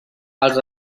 els